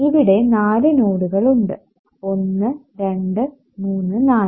ഇവിടെ നാല് നോഡുകൾ ഉണ്ട് 1 2 3 4